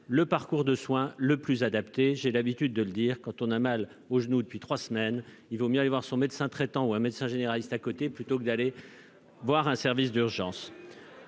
le parcours de soins le plus adapté. J'ai l'habitude de le dire : quand on a mal au genou depuis trois semaines, il vaut mieux aller voir son médecin traitant ou un médecin généraliste proche plutôt que d'aller dans un service d'urgence.